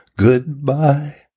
Goodbye